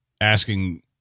asking